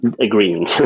Agreeing